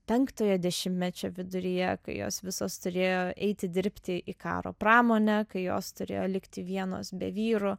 penktojo dešimtmečio viduryje kai jos visos turėjo eiti dirbti į karo pramonę kai jos turėjo likti vienos be vyrų